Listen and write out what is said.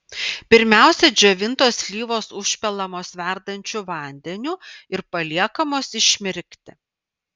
pirmiausia džiovintos slyvos užpilamos verdančiu vandeniu ir paliekamos išmirkti